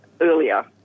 earlier